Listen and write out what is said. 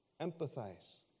empathize